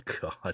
God